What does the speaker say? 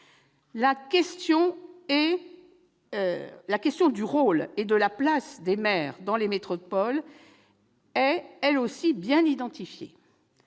la question du rôle et de la place des maires dans les métropoles est elle aussi bien identifiée,